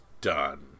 done